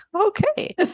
Okay